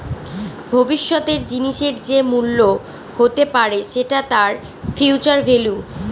ভবিষ্যতের জিনিসের যে মূল্য হতে পারে সেটা তার ফিউচার ভেল্যু